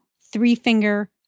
three-finger